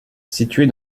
située